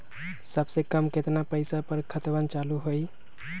सबसे कम केतना पईसा पर खतवन चालु होई?